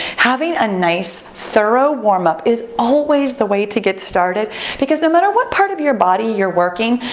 having a nice thorough warmup is always the way to get started because no matter what part of your body you're working,